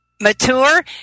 mature